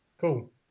Cool